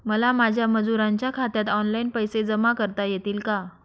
मला माझ्या मजुरांच्या खात्यात ऑनलाइन पैसे जमा करता येतील का?